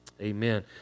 Amen